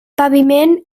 paviment